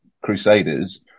Crusaders